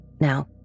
Now